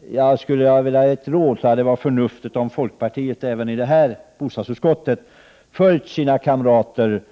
För att ge ett råd vill jag säga att det hade varit förnuftigt om folkpartiet i bostadsutskottet följt sina partikamrater